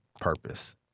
purpose